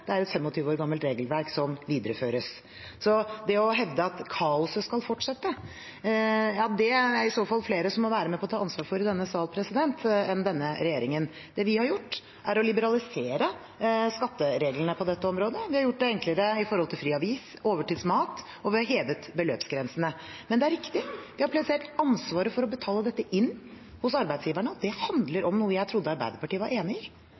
det er et 25 år gammelt regelverk som videreføres. Hvis man hevder at kaoset skal fortsette, er det i så fall flere som må være med på å ta ansvar for det i denne sal, enn denne regjeringen. Det vi har gjort, er å liberalisere skattereglene på dette området. Vi har gjort det enklere når det gjelder fri avis og overtidsmat, og vi har hevet beløpsgrensene. Men det er riktig at vi har plassert ansvaret for å betale dette inn, hos arbeidsgiverne. Det handler om noe jeg trodde Arbeiderpartiet var enig i,